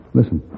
Listen